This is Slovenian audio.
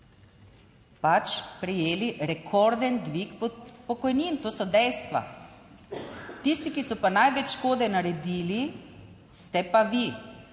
Vlado prejeli rekorden dvig pokojnin, to so dejstva. Tisti, ki so pa največ škode naredili ste pa vi.